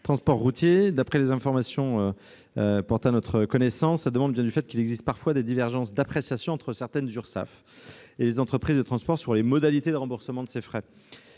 transports routiers. D'après les informations qui ont été portées à notre connaissance, cette demande vient du fait qu'il existe parfois des divergences d'appréciation entre certaines Urssaf et les entreprises de transport sur les modalités de remboursement de ces frais.